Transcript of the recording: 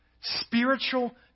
spiritual